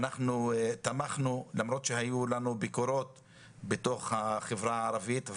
אנחנו תמכנו למרות שהיו לנו ביקורות בתוך החברה הערבית.